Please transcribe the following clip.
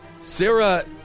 Sarah